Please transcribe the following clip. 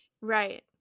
right